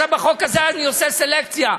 ועכשיו בחוק הזה אני עושה סלקציה.